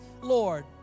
Lord